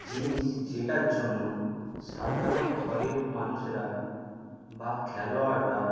জিনিস যেটার জন্য সাধারণ ঘরের মানুষেরা বা খেলোয়াড়রা